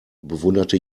bewunderte